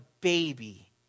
baby